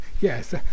Yes